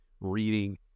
reading